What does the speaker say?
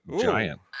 giant